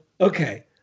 okay